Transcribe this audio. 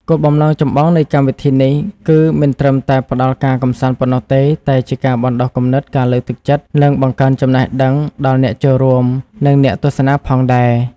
គោលបំណងចម្បងនៃកម្មវិធីនេះ គឺមិនត្រឹមតែផ្ដល់ការកម្សាន្តប៉ុណ្ណោះទេ តែជាការបណ្ដុះគំនិត ការលើកទឹកចិត្ត និងបង្កើនចំណេះដឹងដល់អ្នកចូលរួម និងអ្នកទស្សនាផងដែរ។